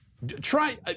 Try